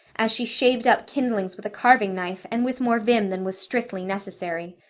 as she shaved up kindlings with a carving knife and with more vim than was strictly necessary.